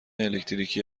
الکتریکی